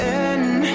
end